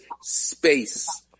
space